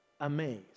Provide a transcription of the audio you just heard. amazed